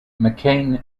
mccain